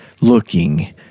looking